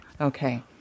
Okay